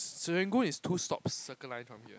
Serangoon is two stops Circle Line from here